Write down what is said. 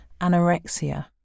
anorexia